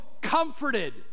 comforted